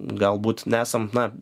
galbūt nesam na